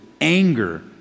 anger